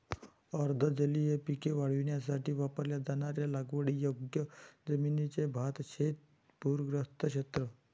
अर्ध जलीय पिके वाढवण्यासाठी वापरल्या जाणाऱ्या लागवडीयोग्य जमिनीचे भातशेत पूरग्रस्त क्षेत्र